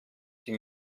die